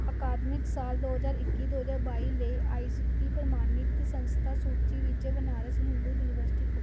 ਅਕਾਦਮਿਕ ਸਾਲ ਦੋ ਹਜ਼ਾਰ ਇੱਕੀ ਦੋ ਹਜ਼ਾਰ ਬਾਈ ਲਈ ਆਈ ਸੀ ਟੀ ਪ੍ਰਮਾਣਿਤ ਸੰਸਥਾ ਸੂਚੀ ਵਿੱਚ ਬਨਾਰਸ ਹਿੰਦੂ ਯੂਨੀਵਰਸਿਟੀ ਖੋਜੋ